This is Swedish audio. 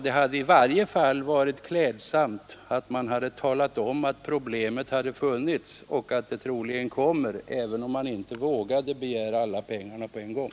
Det hade i varje fall varit klädsamt om man hade talat om att problemet fanns, även om man inte vågade begära alla pengarna på en gång.